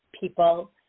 people